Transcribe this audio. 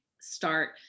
start